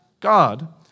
God